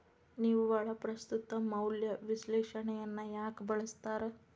ನಿವ್ವಳ ಪ್ರಸ್ತುತ ಮೌಲ್ಯ ವಿಶ್ಲೇಷಣೆಯನ್ನ ಯಾಕ ಬಳಸ್ತಾರ